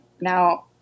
now